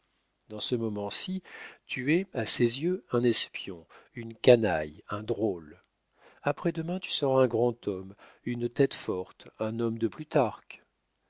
dans ce moment-ci tu es à ses yeux un espion une canaille un drôle après-demain tu seras un grand homme une tête forte un homme de plutarque